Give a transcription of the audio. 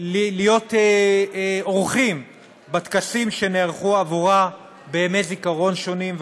להיות אורחים בטקסים שנערכו עבורה בימי זיכרון שונים,